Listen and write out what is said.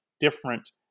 different